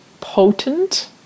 potent